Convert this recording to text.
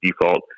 default